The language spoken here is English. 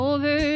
Over